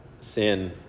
sin